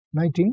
19